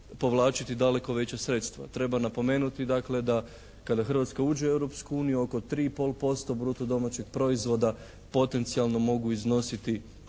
povlačiti daleko veća sredstva. Treba napomenuti dakle da kada Hrvatska uđe u Europsku uniju oko 3 i pol posto bruto domaćeg proizvoda potencijalno mogu iznositi